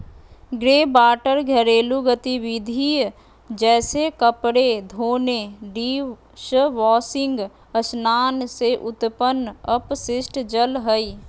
greywater घरेलू गतिविधिय जैसे कपड़े धोने, डिशवाशिंग स्नान से उत्पन्न अपशिष्ट जल हइ